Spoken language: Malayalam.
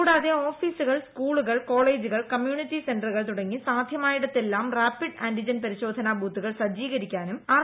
കൂടാതെ ഓഫീസുകൾ സ്കൂളുകൾ കോളേജുകൾ കമ്മ്യൂണിറ്റി സെന്ററുകൾ തുടങ്ങി സാധ്യമായിടത്തെല്ലാം റാപ്പിഡ് ആന്റിജൻ പരിശോധനാ ബൂത്തുകൾ സജ്ജീകരിക്കാനും ആർ